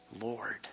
Lord